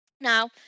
Now